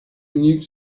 linux